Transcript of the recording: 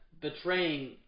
betraying